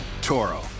Toro